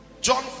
john